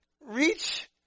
Reach